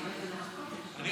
רבותיי,